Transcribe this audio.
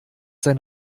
sein